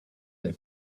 the